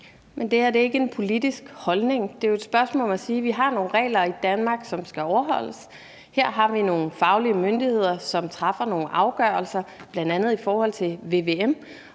Men det her er ikke en politisk holdning, men et spørgsmål om at sige, at vi har nogle regler i Danmark, som skal overholdes. Her har vi nogle faglige myndigheder, som træffer nogle afgørelser, bl.a. i forhold til vvm,